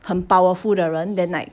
很 powerful 的人 then like